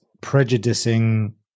prejudicing